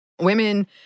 women